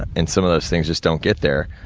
and, some of those things just don't get there.